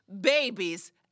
babies